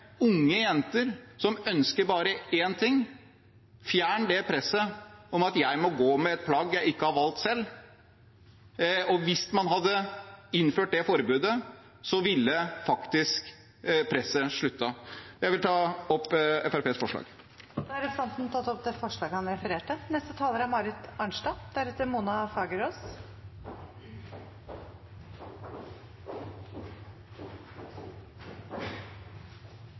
unge jenter som ønsker bare én ting: Fjern det presset om at jeg må gå med et plagg jeg ikke har valgt selv. Hadde man innført det forbudet, ville faktisk presset ha sluttet. Jeg vil ta opp Fremskrittspartiets forslag. Representanten Jon Engen-Helgheim har tatt opp det forslaget han refererte